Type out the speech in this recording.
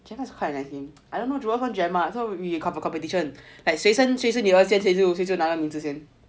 gemma is quite a nice name I don't know jewel 跟 gemma we got competition 谁生谁生女儿先谁就就那个名字先